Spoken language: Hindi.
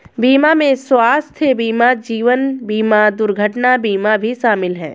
बीमा में स्वास्थय बीमा जीवन बिमा दुर्घटना बीमा भी शामिल है